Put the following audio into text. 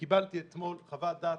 אתמול קיבלתי חוות דעת